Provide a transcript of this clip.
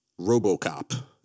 RoboCop